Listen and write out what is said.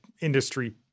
industry